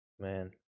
Man